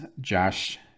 Josh